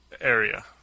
Area